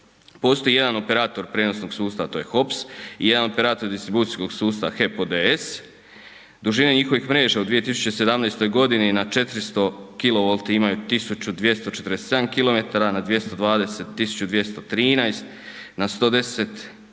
Postoji jedan operator prijenosnog sustava, a to je HOPS, i jedan operator distribucijskog sustava, HEP ODS. Dužine njihovih mreža u 2017. na 400 kV imaju 1247 km, na 220 1213, na 110 kV